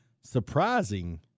surprising